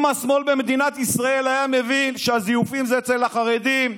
אם השמאל במדינת ישראל היה מבין שהזיופים זה אצל החרדים,